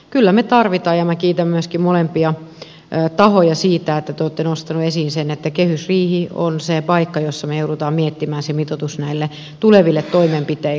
kyllä me tarvitsemme ja minä kiitän myöskin molempia tahoja siitä että te olette nostaneet esiin sen että kehysriihi on se paikka jossa me joudumme miettimään sen mitoituksen näille tuleville toimenpiteille